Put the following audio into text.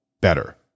better